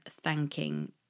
thanking